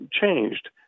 changed